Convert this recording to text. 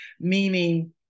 Meaning